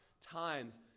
times